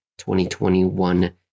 2021